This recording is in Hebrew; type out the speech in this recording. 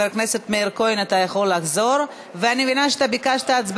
חבר הכנסת מאיר כהן, אתה מפריע לי לנהל מליאה.